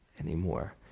anymore